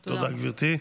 תודה, גברתי.